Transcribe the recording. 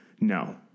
No